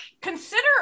consider